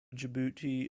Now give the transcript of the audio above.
djibouti